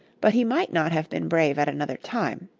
but he might not have been brave at another time.